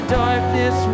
darkness